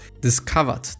discovered